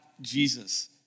Jesus